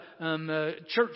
church